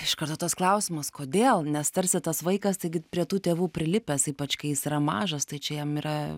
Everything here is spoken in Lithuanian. iš karto tas klausimas kodėl nes tarsi tas vaikas taigi prie tų tėvų prilipęs ypač kai jis yra mažas tai čia jam yra